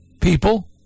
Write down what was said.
people